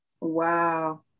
Wow